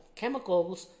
chemicals